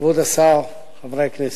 כבוד השר, חברי הכנסת,